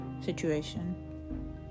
situation